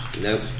Nope